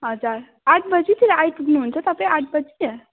हजुर आठ बजीतिर आइपुग्नुहुन्छ तपाईँ आठ बजी